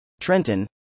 Trenton